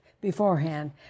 beforehand